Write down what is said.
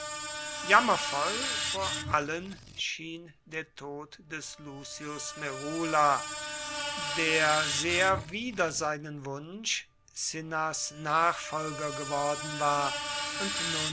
jammervoll vor allen schien der tod des lucius merula der sehr wider seinen wunsch cinnas nachfolger geworden war und